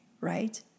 right